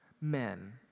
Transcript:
men